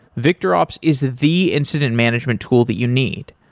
victorops is the incident management tool that you need.